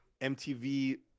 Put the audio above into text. MTV